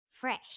Fresh